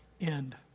end